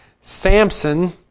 Samson